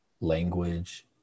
language